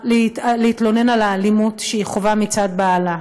להתלונן על האלימות שהיא חווה מצד בעלה.